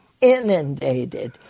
inundated